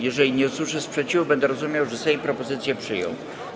Jeżeli nie usłyszę sprzeciwu, będę rozumiał, że Sejm propozycję przyjął.